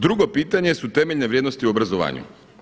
Drugo pitanje su temeljne vrijednosti u obrazovanju.